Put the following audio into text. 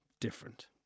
Different